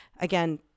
Again